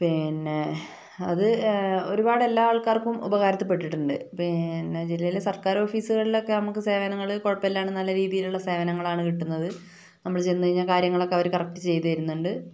പിന്നെ അത് ഒരുപാട് എല്ലാ ആൾക്കാർക്കും ഉപകാരത്തിൽ പെട്ടിട്ടുണ്ട് പിന്നെ ജില്ലയില് സർക്കാർ ഓഫീസുകളിലൊക്കെ നമ്മൾക്ക് സേവനങ്ങൾ കുഴപ്പമില്ലാണ്ട് നല്ല രീതിയിലുള്ള സേവനങ്ങളാണ് കിട്ടുന്നത് നമ്മള് ചെന്ന് കഴിഞ്ഞാൽ കാര്യങ്ങളൊക്കെ അവര് കറക്ട് ചെയ്ത് തരുന്നുണ്ട്